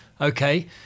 Okay